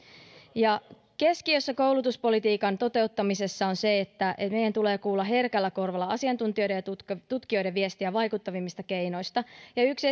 keskiössä koulutuspolitiikan toteuttamisessa on se että meidän tulee kuulla herkällä korvalla asiantuntijoiden ja tutkijoiden viestiä vaikuttavimmista keinoista ja yksi